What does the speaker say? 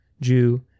Jew